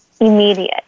immediate